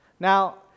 Now